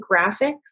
graphics